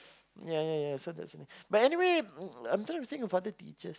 yeah yeah yeah so that's the thing but anyway I'm I'm trying to think of other teachers